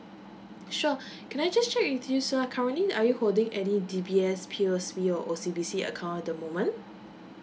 sure can I just check with you sir currently are you holding any D_B_S P_O_S_B or O_C_B_C account at the moment